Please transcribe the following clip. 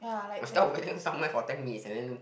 somewhere for ten minutes and then